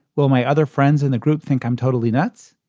will my other friends in the group think i'm totally nuts?